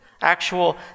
Actual